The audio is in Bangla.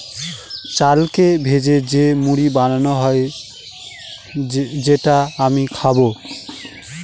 চালকে ভেজে যে মুড়ি বানানো হয় যেটা আমি খাবো